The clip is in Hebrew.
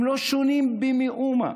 הם לא שונים במאומה.